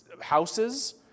houses